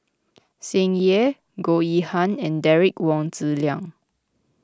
Tsung Yeh Goh Yihan and Derek Wong Zi Liang